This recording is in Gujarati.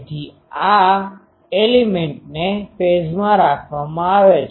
તેથી બધા એલીમેન્ટને ફેઝમાં રાખવામાં આવે છે